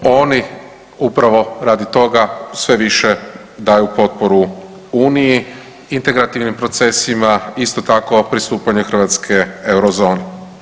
Oni upravo radi toga sve više daju potporu Uniji, integrativnim procesima, isto tako pristupanju Hrvatske euro zoni.